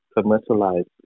commercialized